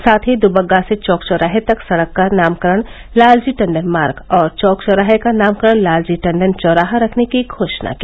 साथ ही दुबग्गा से चौक चौराहे तक सड़क का नामकरण लालजी टंडन मार्ग और चौक चौराहे का नामकरण लालजी टंडन चौराहा रखने की घोषणा की